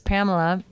Pamela